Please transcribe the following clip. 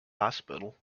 hospital